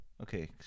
Okay